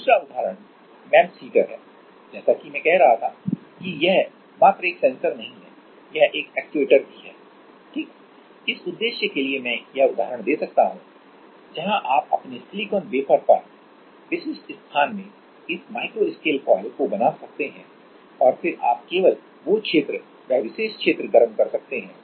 दूसरा उदाहरण MEMS heater है जैसा कि मैं कह रहा था कि यह मात्र एक सेंसर नहीं है यह एक एक्ट्यूएटर भी है ठीक उस उद्देश्य के लिए मैं यह उदाहरण दे सकता हूं जहां आप अपने सिलिकॉन वेफर पर विशिष्ट स्थान में इस माइक्रो स्केल कॉइल को बना सकते हैं और फिर आप केवल वो क्षेत्र वह विशेष क्षेत्र गर्म कर सकते हैं